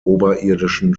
oberirdischen